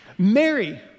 Mary